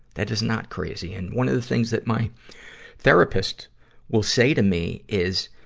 that is not crazy. and one of the things that my therapist will say to me is,